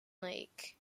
lake